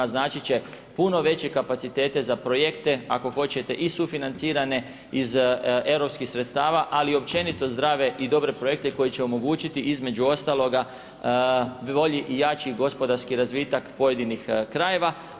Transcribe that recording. Znači će puno veće kapacitete i za projekte, ako hoćete i sufinancirane iz europskih sredstava, ali općenito zdrave i dobre projekte koji će omogućiti između ostaloga bolji i jači gospodarski razvitak pojedinih krajeva.